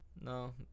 No